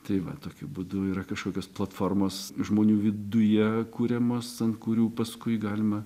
tai va tokiu būdu yra kažkokios platformos žmonių viduje kuriamos ant kurių paskui galima